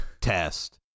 test